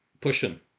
pushing